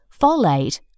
folate